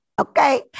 Okay